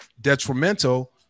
detrimental